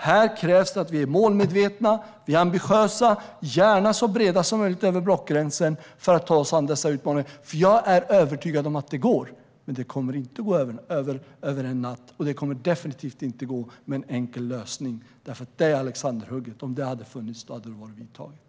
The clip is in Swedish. Här krävs det att vi är målmedvetna och ambitiösa, gärna så brett över blockgränsen som möjligt, för att ta oss an dessa utmaningar. Jag är övertygad om att det går, men det kommer inte att gå över en natt. Och det kommer definitivt inte att gå med en enkel lösning. Om ett sådant alexanderhugg funnits, då hade det redan gjorts.